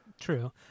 True